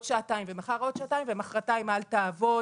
שעתיים ומחר עוד שעתיים ומחרתיים אל תעבוד,